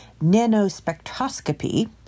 nanospectroscopy